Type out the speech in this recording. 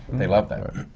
they love that.